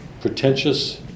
pretentious